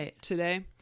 today